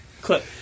Clip